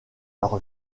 leur